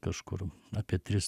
kažkur apie tris